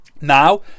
Now